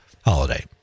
holiday